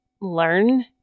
learn